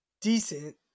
decent